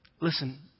Listen